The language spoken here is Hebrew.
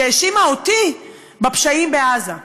שהאשימה אותי בפשעים בעזה.